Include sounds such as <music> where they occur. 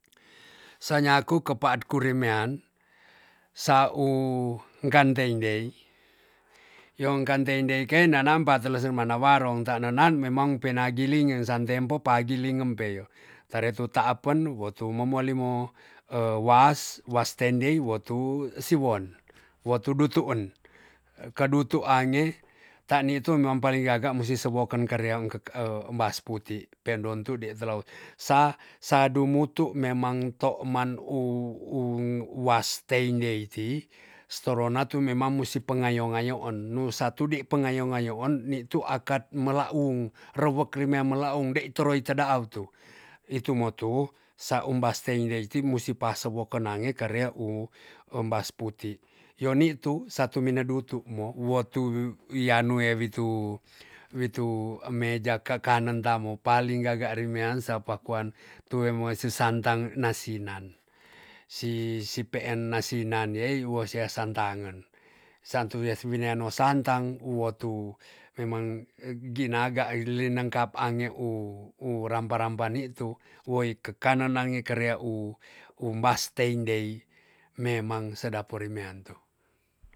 Sa nyaku kepaat kurimean sa u kan teindei yon kan teindei ken nanampa telese mana warong ta nenan memang pena gilingin san tempo pa gilingan empeyo. tare tu taapen wotu memuali mo e was- was teindei wo tu siwon. wo tu dutu en ke dutuange tan ni tu mang paling gaga musi siwoken karea enkek <hesitation> mbas putik peendon tu telou sa- sa dumutu memang to man u un was teindei ti, torona tu memang musi pengayo ngayoon nusa tudi pengayo ngayoon nitu akat melak ung rewek remia melaung dei toroit te dau tu. ni tu mo tu sa umbas teindei ti musi pasewoken nange kere um embas putik. yo ni tu satu minedutu mo wotu wianue witu witu e meja ka kekanen tamo paling gaga rimean sapa kuan tu wemo si santang na sinan. si sipeen nasinan yei wo sian santangen. san tu weas winean wo santang wotu memang <hesitation> ginaga ailenengkap ange u- u rampa rampa nitu woi kekanen nange keria u- umbas teindei memang sedap kuremian tu